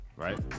Right